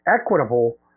equitable